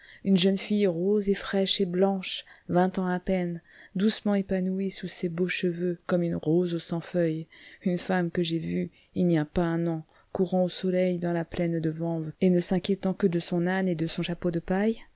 une jeune fille rose et fraîche et blanche vingt ans à peine doucement épanouie sous ses beaux cheveux comme une rose aux cent feuilles une femme que j'ai vue il n'y a pas un an courant au soleil dans la plaine de vanves et ne s'inquiétant que de son âne et de son chapeau de paille